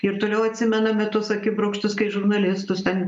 ir toliau atsimename tuos akibrokštus kai žurnalistus ten